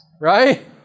Right